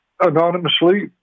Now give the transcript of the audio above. anonymously